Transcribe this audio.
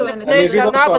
גם לפני שנה,